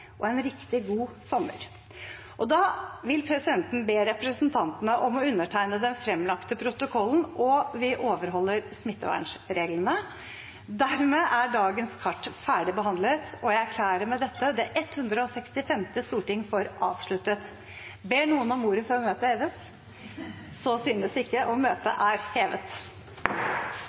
og en riktig god sommer. Da vil presidenten be representantene om å undertegne den fremlagte protokollen, og vi overholder smittevernreglene. Dermed er dagens kart ferdigbehandlet, og jeg erklærer med dette det 165. storting for avsluttet. Ber noen om ordet før møtet heves? – Så synes ikke, og møtet er hevet.